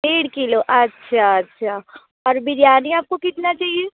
डेढ़ किलाे अच्छा अच्छा और बिरयानी आपको कितना चाहिए